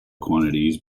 quantities